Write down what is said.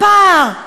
הפער.